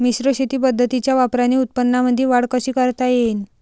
मिश्र शेती पद्धतीच्या वापराने उत्पन्नामंदी वाढ कशी करता येईन?